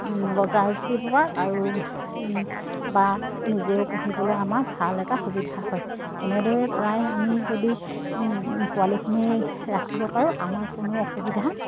বজাৰটো দিব পাৰোঁ আৰু বা নিজেও পুহিবলৈ আমাৰ ভাল এটা সুবিধা হয় এনেদৰে প্ৰায় আমি যদি পোৱালিখিনি ৰাখিব পাৰোঁ আমাৰ কোনো অসুবিধা